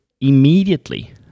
immediately